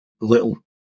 little